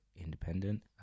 independent